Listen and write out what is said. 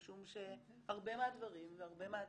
משום שהרבה מהדברים והרבה מההצלחות,